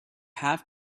have